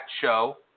show